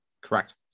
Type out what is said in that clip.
Correct